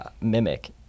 mimic